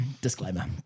Disclaimer